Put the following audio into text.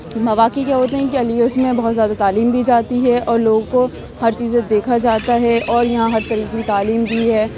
مواقع کیا ہوتے ہیں کہ علی گڑھس میں بہت زیادہ تعلیم دی جاتی ہے اور لوگوں کو ہر چیزیں دیکھا جاتا ہے اور یہاں ہر طریقے کی تعلیم دی ہے